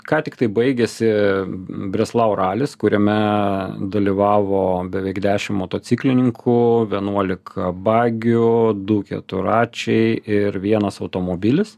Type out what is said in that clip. ką tik tai baigėsi breslau ralis kuriame dalyvavo beveik dešim motociklininkų vienuolika bagių du keturračiai ir vienas automobilis